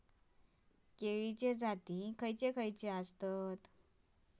केळीचे जाती खयचे खयचे आसत?